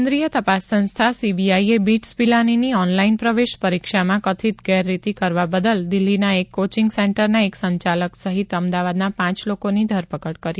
કેન્દ્રીય તપાસ સંસ્થા સીબીઆઈએ બિટ્સ પિલાનીની ઓનલાઈન પ્રવેશ પરીક્ષામાં કથિત ગેરરીતી કરવા બદલ દિલ્હીના એક કોચીંગ સેન્ટરના એક સંચાલક સહિત અમદાવાદના પ લોકોની ધરપકડ કરી છે